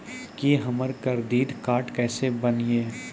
की हमर credit card केसे बनिये?